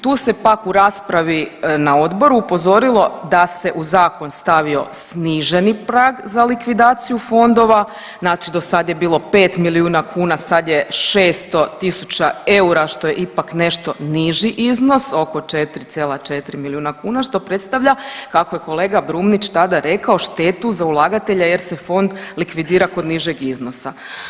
Tu se pak u raspravi na odboru upozorilo da se u zakon stavio sniženi prag za likvidaciju fondova, znači do sad je bilo 5 milijuna kuna sa je 600.000 eura što je ipak nešto niži iznos oko 4,4 milijuna kuna što predstavlja kako je kolega Brumnić tada rekao, štetu za ulagatelja jer se fond likvidira kod nižeg iznosa.